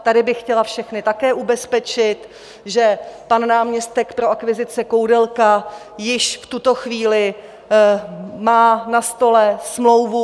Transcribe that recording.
Tady bych chtěla všechny také ubezpečit, že pan náměstek pro akvizice Koudelka má již v tuto chvíli na stole smlouvu.